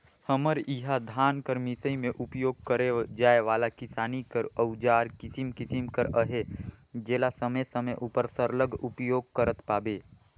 हमर इहा धान कर मिसई मे उपियोग करे जाए वाला किसानी कर अउजार किसिम किसिम कर अहे जेला समे समे उपर सरलग उपियोग करत पाबे